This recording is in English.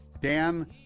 Dan